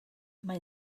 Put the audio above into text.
mae